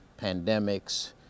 pandemics